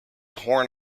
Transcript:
horn